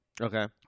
Okay